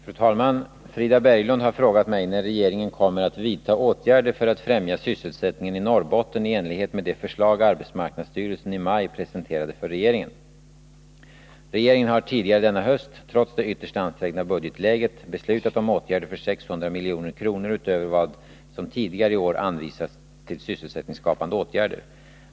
Fru talman! Frida Berglund har frågat mig när regeringen kommer att vidta åtgärder för att främja sysselsättningen i Norrbotten i enlighet med de förslag arbetsmarknadsstyrelsen i maj presenterade för regeringen. Regeringen har tidigare denna höst, trots det ytterst ansträngda budgetläget, beslutat om åtgärder för 600 milj.kr. utöver vad som tidigare i år anvisats till sysselsättningsskapande åtgärder.